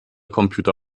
computer